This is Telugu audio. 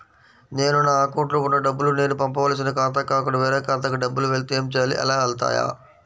నేను నా అకౌంట్లో వున్న డబ్బులు నేను పంపవలసిన ఖాతాకి కాకుండా వేరే ఖాతాకు డబ్బులు వెళ్తే ఏంచేయాలి? అలా వెళ్తాయా?